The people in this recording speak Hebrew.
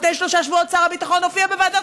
לפני שלושה שבועות שר הביטחון הופיע בוועדת